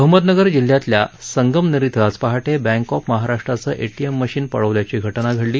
अहमदनगर जिल्ह्यातल्या संगमनेर इथं आज पहाटे बँक ऑफ महाराष्ट्राचं एटीएम मशीन पळवल्याची घटना घडली